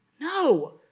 No